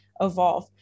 evolve